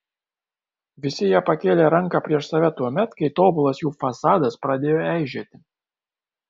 visi jie pakėlė ranką prieš save tuomet kai tobulas jų fasadas pradėjo eižėti